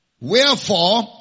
Wherefore